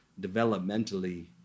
developmentally